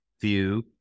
view